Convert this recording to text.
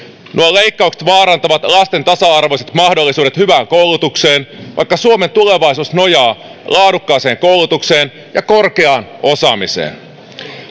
leikkaukset vaarantavat lasten tasa arvoiset mahdollisuudet hyvään koulutukseen vaikka suomen tulevaisuus nojaa laadukkaaseen koulutukseen ja korkeaan osaamiseen